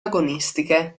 agonistiche